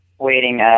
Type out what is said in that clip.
waiting